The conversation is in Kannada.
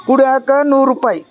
ಕುಡಿಯೋಕೆ ನೂರು ರುಪಾಯ್